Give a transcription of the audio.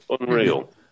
Unreal